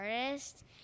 artist